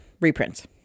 reprints